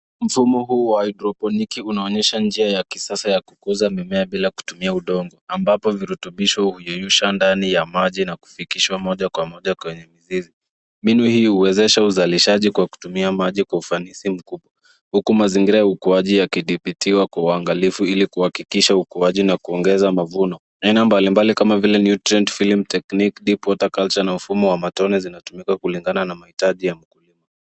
Mfumo huu wa haidrofoniki unaonyesha njia ya kisasa ya kukuza mimea bila kutumia udongo. Ambapo virutobisho huyeyusha ndani ya maji na kufikishwa moja kwa moja kwenye mizizi. Mbinu hii, huwezesha usalishaji kutumia maji kwa ufanisi mkubwa, huku mazingira ya ukuaji yakithibitiwa kwa uangalifu , ili kuhakikisha ukuaji na kuongeza mavuno. Aina mbali mbali kama vile nutrient filling technique, deep water culture na mfumo wa matone zinatumika kulingana na mahitaji ya mkulima.